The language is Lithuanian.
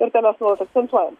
ir tą mes nuolat akcentuojam